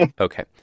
Okay